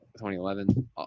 2011